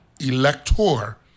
elector